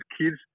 kids